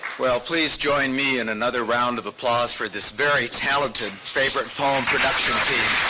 well, please join me in another round of applause for this very talented favorite poem production team.